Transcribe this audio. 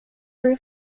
por